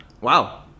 Wow